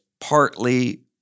partly